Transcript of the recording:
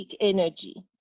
energy